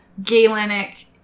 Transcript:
Galenic